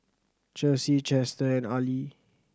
Cherise Chester and Arley